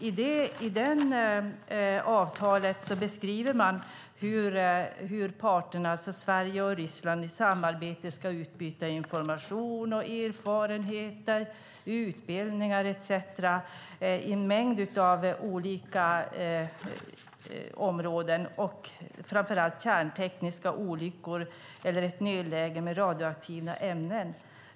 I det avtalet beskriver man hur parterna, Sverige och Ryssland, i samarbete ska utbyta information, erfarenheter, utbildningar etcetera på en mängd olika områden, framför allt när det gäller kärntekniska olyckor eller ett nödläge med radioaktiva ämnen.